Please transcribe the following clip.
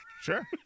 sure